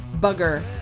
bugger